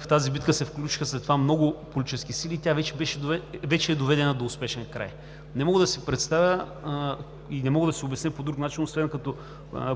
в тази битка се включиха след това много политически сили и тя вече е доведена до успешен край. Не мога да си представя и не мога да си обясня по друг начин, освен като